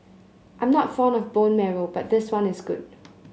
I'm not fond of bone marrow but this one is good